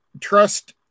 trust